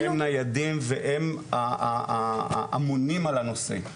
הם ניידים והם האמונים על הנושא.